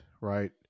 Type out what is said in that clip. right